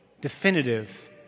definitive